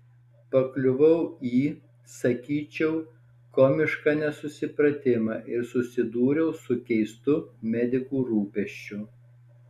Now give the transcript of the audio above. pakliuvau į sakyčiau komišką nesusipratimą ir susidūriau su keistu medikų rūpesčiu